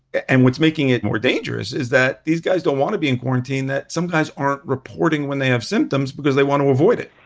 and what's making it more dangerous is that these guys don't wanna be in quarantine and sometimes aren't reporting when they have symptoms because they want to avoid it.